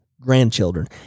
grandchildren